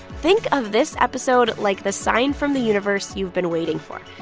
think of this episode like the sign from the universe you've been waiting for.